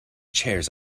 chairs